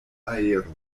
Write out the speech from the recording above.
aero